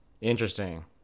Interesting